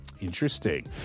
Interesting